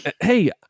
hey